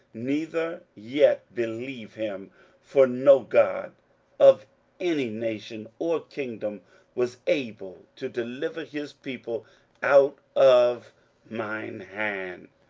neither yet believe him for no god of any nation or kingdom was able to deliver his people out of mine hand,